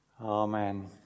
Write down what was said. Amen